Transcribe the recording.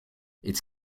its